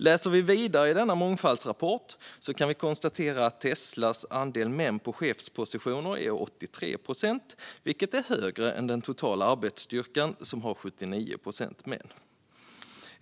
Läser vi vidare ser vi att 83 procent av dem i chefsposition är män, vilket är högre än i den totala arbetsstyrkan där 79 procent är män.